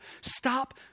stop